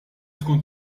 tkun